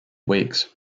weeks